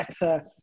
better